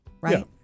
right